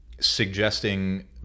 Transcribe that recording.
suggesting